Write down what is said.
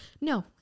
No